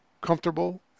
comfortable